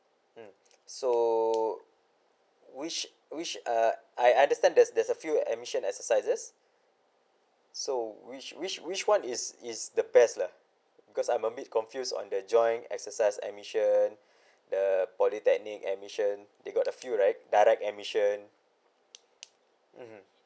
mm so which which err I understand there's there's a few admission exercises so which which which one is is the best lah because I'm a bit confused on the joint exercise admission the polytechnic admission they got a few right direct admission mmhmm